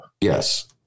Yes